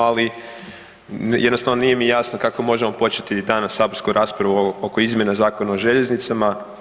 Ali jednostavno nije mi jasno kako možemo početi danas saborsku raspravu oko izmjena Zakona o željeznicama.